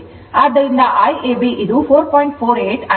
ಆದ್ದರಿಂದ Iab ಇದು 4